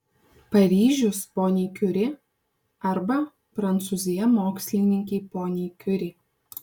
paryžius poniai kiuri arba prancūzija mokslininkei poniai kiuri